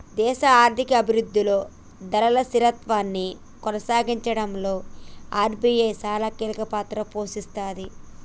దేశ ఆర్థిక అభిరుద్ధిలో ధరల స్థిరత్వాన్ని కొనసాగించడంలో ఆర్.బి.ఐ చానా కీలకపాత్ర పోషిస్తది